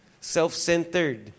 Self-centered